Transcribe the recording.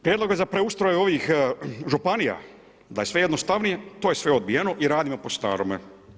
Prijedloge za preustroj ovih županija, da je sve jednostavnije, to je sve odbijeno i radimo po starome.